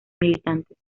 militantes